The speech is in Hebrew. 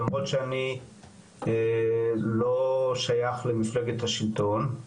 למרות שאני לא שייך למפלגת השלטון,